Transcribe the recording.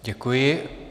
Děkuji.